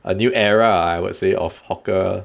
a new era I would say of hawker